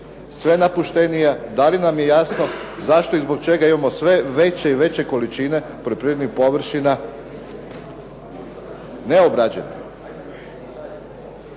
sve napuštenija, da li nam je jasno zašto i zbog čega imamo sve veće i veće količine poljoprivrednih površina neobrađenih.